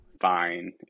fine